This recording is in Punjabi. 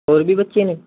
ਹੋਰ ਵੀ ਬੱਚੇ ਨੇ